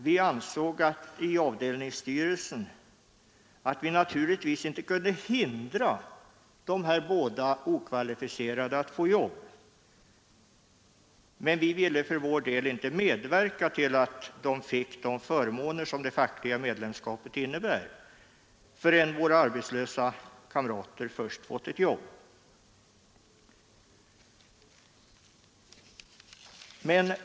Vi insåg i avdelningsstyrelsen att vi naturligtvis inte kunde hindra de båda okvalificerade arbetarna att få jobb, men vi ville för vår del inte medverka till att de fick de förmåner som det fackliga medlemskapet innebär förrän våra arbetslösa kamrater först fått jobb.